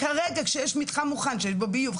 כרגע כשיש מתחם מוכן שיש בו ביוב,